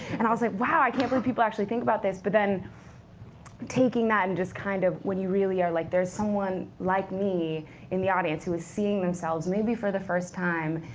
and i was like, wow, i can't believe people actually think about this. but then taking that, and just kind of when you really are like, there's someone like me in the audience who is seeing themselves, maybe for the first time,